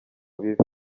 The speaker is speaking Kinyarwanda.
bibi